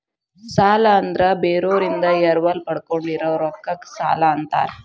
ಸಾಲ ಅಂದ್ರ ಬೇರೋರಿಂದ ಎರವಲ ಪಡ್ಕೊಂಡಿರೋ ರೊಕ್ಕಕ್ಕ ಸಾಲಾ ಅಂತಾರ